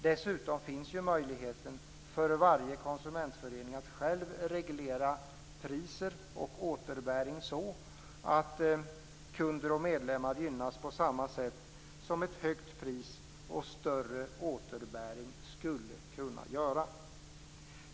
Dessutom finns ju möjligheten för varje konsumentförening att själv reglera priser och återbäring så att kunder och medlemmar gynnas på samma sätt som ett högt pris och större återbäring skulle kunna göra.